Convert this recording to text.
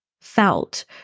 felt